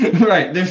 Right